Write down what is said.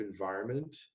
environment